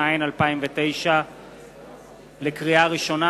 התש"ע 2009. לקריאה ראשונה,